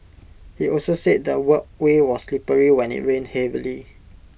he also said the walkway was slippery when IT rained heavily